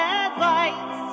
advice